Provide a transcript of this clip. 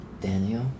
Daniel